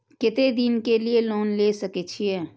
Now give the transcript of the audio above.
केते दिन के लिए लोन ले सके छिए?